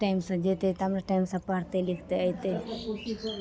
टाइमसँ जेतय तब ने टाइमसँ पढ़तय लिखतय एतै